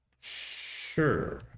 Sure